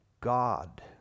God